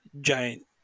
giant